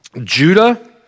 Judah